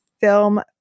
film